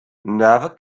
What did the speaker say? never